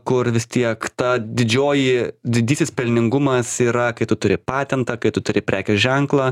kur vis tiek ta didžioji didysis pelningumas yra kai tu turi patentą kai tu turi prekės ženklą